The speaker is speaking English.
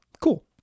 cool